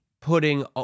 putting